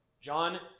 John